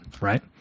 Right